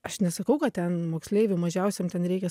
aš nesakau kad ten moksleiviui mažiausiam ten reikia